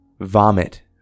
Vomit